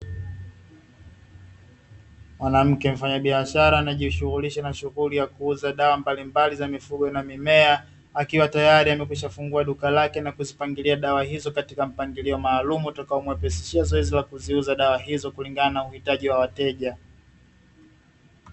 Mwanamke mfanyabiashara anayejishughulisha na shughuli ya kuuza dawa mbalimbali za mifugo na mimea, akiwa tayari amekwishafungua duka lake na kuzipangilia dawa hizo katika mpangilio maalum, utakaomuwepesishia zoezi la kuziuza dawa hizo kulingana na uhitaji wa wateja.